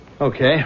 Okay